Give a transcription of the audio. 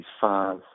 five